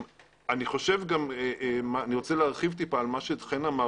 אני רוצה להרחיב מעט ולהוסיף על דבריו של חן.